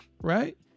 right